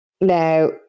Now